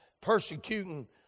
persecuting